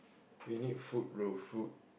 we need food bro food